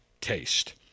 taste